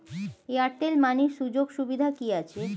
Airtel money সুযোগ সুবিধা কি আছে?